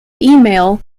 email